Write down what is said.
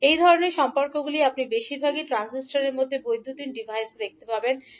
এই ধরণের সম্পর্কগুলি আপনি বেশিরভাগই ট্রান্সজিস্টরের মতো বৈদ্যুতিন ডিভাইসে দেখতে পাবেন